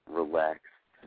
relaxed